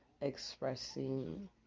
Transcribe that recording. expressing